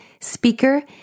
speaker